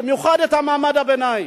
במיוחד מעמד הביניים.